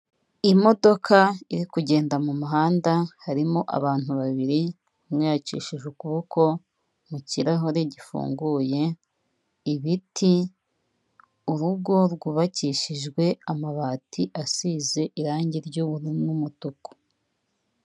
Imodoka iri kugenda mu muhanda, harimo abantu babiri, umwe yacishije ukuboko mu kirahure gifunguye, ibiti, urugo rwubakishijwe amabati asize irangi ry'ubururu n'umutuku.